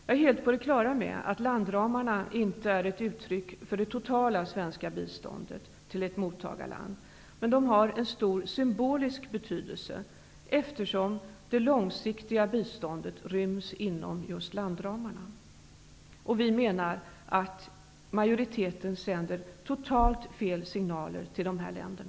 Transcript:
Jag är helt på det klara med att landramarna inte är ett uttryck för det totala svenska biståndet till ett mottagarland, men de har en stor symbolisk betydelse, eftersom det långsiktiga biståndet ryms inom just landramarna. Vi menar att majoriteten sänder totalt fel signaler till dessa länder.